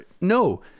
no